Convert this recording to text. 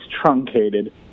truncated